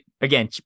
again